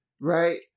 right